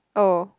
oh